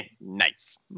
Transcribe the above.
Nice